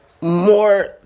more